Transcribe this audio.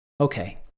Okay